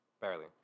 Barely